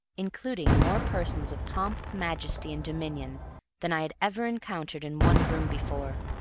including more persons of pomp, majesty, and dominion than i had ever encountered in one room before.